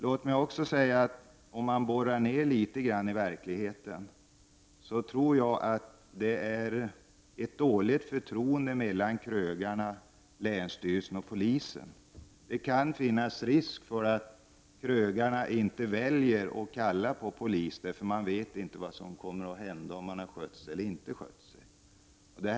Låt mig även säga att om man så att säga borrar ner sig litet grand i verkligheten tror jag att det råder ett dåligt förtroende mellan krögarna, länsstyrelsen och polisen. Det kan finnas risk för att krögarna inte kallar på polis på grund av att de inte vet vad det kommer att innebära, dvs. om de har skött sig eller inte.